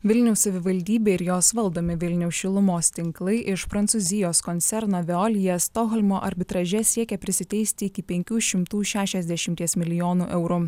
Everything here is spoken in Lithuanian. vilniaus savivaldybė ir jos valdomi vilniaus šilumos tinklai iš prancūzijos koncerno veolia stokholmo arbitraže siekia prisiteisti iki penkių šimtų šešiasdešimties milijonų eurų